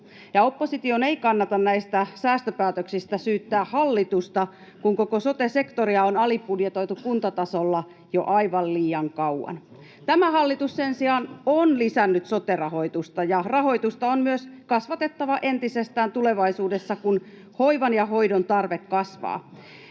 opposition ei kannata näistä säästöpäätöksistä syyttää hallitusta, kun koko sote-sektoria on alibudjetoitu kuntatasolla jo aivan liian kauan. Tämä hallitus sen sijaan on lisännyt sote-rahoitusta. Rahoitusta on myös kasvatettava entisestään tulevaisuudessa, kun hoivan ja hoidon tarve kasvaa.